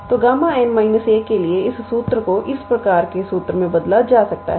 तो Γ𝑛 − 1 के लिए इस सूत्र को इस प्रकार के सूत्र से बदला जा सकता है